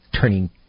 turning